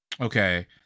Okay